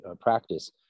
practice